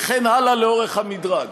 וכן הלאה לאורך המדרג.